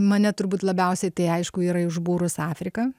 mane turbūt labiausiai tai aišku yra užbūrus afrika